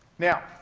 now,